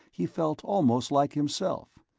he felt almost like himself.